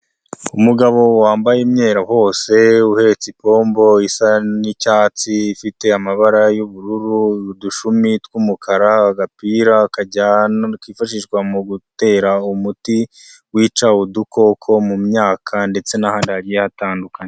Umugabo wambaye umweru wose, uhetse ipombo isa n'icyatsi, ifite amabara y'ubururu, udushumi tw'umukara, agapira kifashishwa mu gutera umuti wica udukoko mu myaka ndetse n'ahandi hatandukanye.